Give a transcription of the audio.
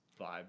vibe